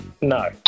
no